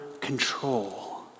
control